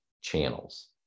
channels